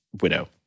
widow